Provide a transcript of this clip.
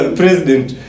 president